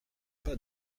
pas